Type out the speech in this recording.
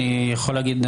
יכול להגיד,